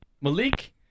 Malik